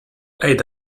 aid